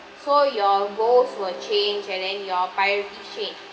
so your goals will change and then your priority change